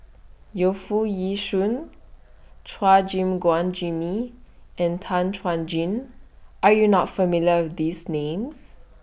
Yu Foo Yee Shoon Chua Gim Guan Jimmy and Tan Chuan Jin Are YOU not familiar with These Names